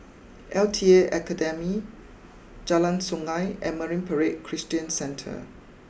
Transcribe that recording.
L T A Academy Jalan Sungei and Marine Parade Christian Centre